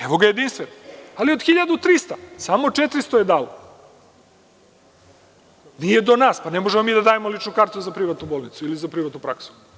Evo, ga jedinstven, ali od 1.300 samo 400 je dalo, nije do nas, pa ne možemo mi da dajemo našu kartu za privatnu bolnicu ili za privatnu praksu.